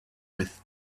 with